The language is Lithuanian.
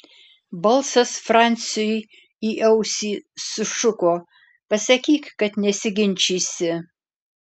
balsas franciui į ausį sušuko pasakyk kad nesiginčysi